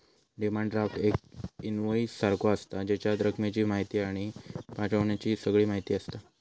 demand draft एक invoice सारखो आसता, जेच्यात रकमेची म्हायती आणि पाठवण्याची सगळी म्हायती आसता